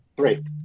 Three